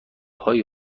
های